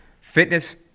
fitness